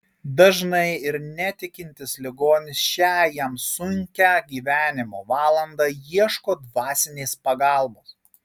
dažnai ir netikintis ligonis šią jam sunkią gyvenimo valandą ieško dvasinės pagalbos